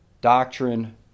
doctrine